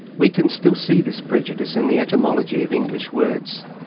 we can still see this prejudice in the etymology of english words.